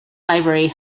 library